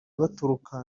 baturuka